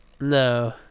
No